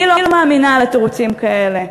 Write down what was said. אני לא מאמינה לתירוצים כאלה,